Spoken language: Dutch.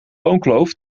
loonkloof